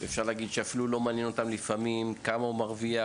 אפשר להגיד שלפעמים אפילו לא מעניין אותו כמה הוא מרוויח,